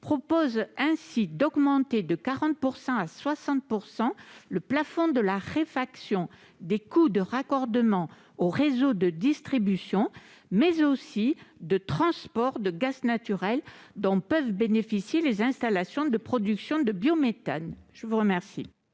vise ainsi à augmenter de 40 % à 60 % le plafond de la réfaction des coûts de raccordement aux réseaux de distribution, mais aussi de transport de gaz naturel dont peuvent bénéficier les installations de production de biométhane. Quel